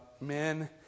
men